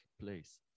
place